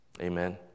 Amen